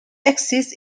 exist